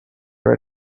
her